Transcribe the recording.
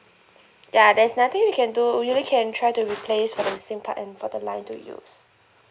ya there's nothing we can do you only can try to replace for the SIM card and for the line to use